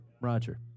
Roger